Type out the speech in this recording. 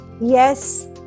yes